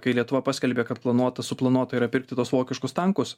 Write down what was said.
kai lietuva paskelbė kad planuota suplanuota yra pirkti tuos vokiškus tankus